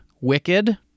Wicked